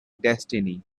destiny